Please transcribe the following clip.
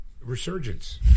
Resurgence